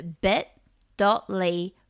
bit.ly